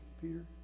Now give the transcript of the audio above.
Peter